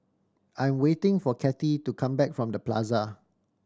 I am waiting for Cathy to come back from The Plaza